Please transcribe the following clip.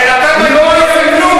בינתיים אתה לא עושה כלום,